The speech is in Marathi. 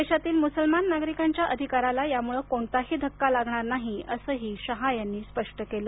देशातील मुसलमान नागरिकांच्या अधिकाराला यामुळं कोणताही धक्का लागणार नाही असंही शहा यांनी स्पष्ट केलं